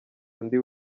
undi